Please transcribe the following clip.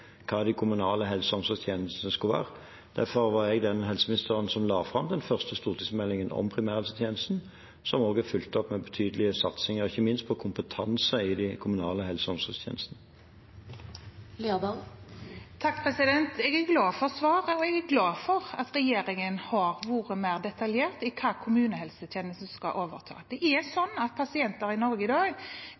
hva de kommunale helse- og omsorgstjenestene skulle være. Derfor er jeg den helseministeren som har lagt fram den første stortingsmeldingen om primærhelsetjenesten, som også er fulgt opp av betydelige satsinger, ikke minst på kompetanse i de kommunale helse- og omsorgstjenestene. Jeg er glad for svaret. Jeg er glad for at regjeringen har vært mer detaljert når det gjelder hva kommunehelsetjenesten skal overta. Pasienter i Norge i dag